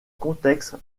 contexte